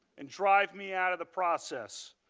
and drive me out of the process.